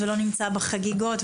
ולא נמצא בחגיגות,